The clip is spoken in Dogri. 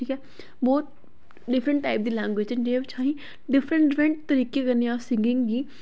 ठीक ऐ बहुत डिफ्रैंट टाइप दी लैंग्वेज जेह्दे बिच अहेंगी डिफ्रैंट डिफ्रेंट तरीके कन्न्नै अस सिंगिंग गी